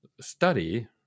study